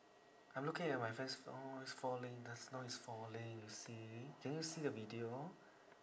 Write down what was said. I'm looking at my friend's snow is falling the snow is falling you see can you see the video